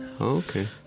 Okay